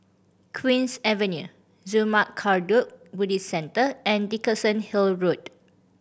Queen's Avenue Zurmang Kagyud Buddhist Centre and Dickenson Hill Road